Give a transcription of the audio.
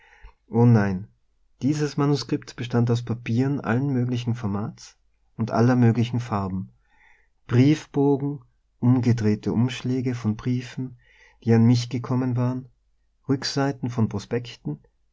o nein dieses manuskript bestand aus papieren allen möglichen formates und aller möglichen farben briefbogen umgedrehte umschläge von briefen die an mich gekommen waren rückseiten von